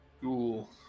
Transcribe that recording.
Ghoul